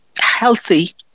healthy